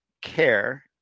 care